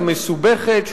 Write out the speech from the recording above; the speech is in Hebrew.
המסובכת,